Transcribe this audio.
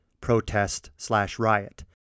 protest-slash-riot